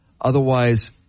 Otherwise